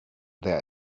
their